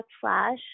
Flash